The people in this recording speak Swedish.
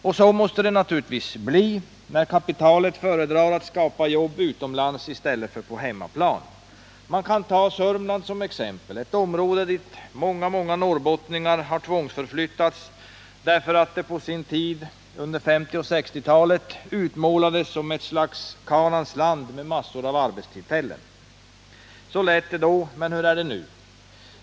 Och så måste det naturligtvis bli, när kapitalet föredrar att skapa jobb utomlands i stället för på hemmaplan. Man kan ta Sörmland som exempel — ett område dit många norrbottningar har tvångsförflyttats, därför att det på sin tid under 1950 och 1960-talen utmålades som något slags Kanaans land med massor av arbetstillfällen. Så lät det då, men hur är det nu?